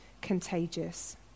contagious